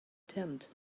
tent